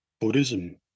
Buddhism